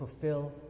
fulfill